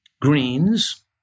greens